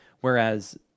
Whereas